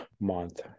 month